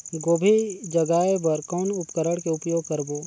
गोभी जगाय बर कौन उपकरण के उपयोग करबो?